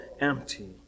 empty